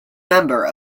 member